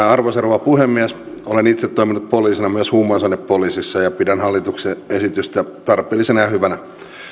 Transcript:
arvoisa rouva puhemies olen itse toiminut poliisina myös huumausainepoliisissa ja pidän hallituksen esitystä tarpeellisena ja hyvänä